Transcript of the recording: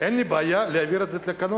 אין לי בעיה להעביר את זה בתקנות.